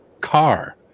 car